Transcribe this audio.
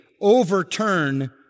overturn